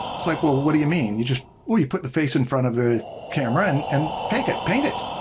it's like well, what do you mean? you just. well, you put the face in front of the camera and and take it, paint it'.